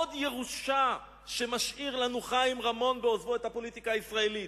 עוד ירושה שחיים רמון משאיר לנו בעוזבו את הפוליטיקה הישראלית,